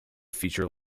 feature